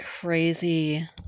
crazy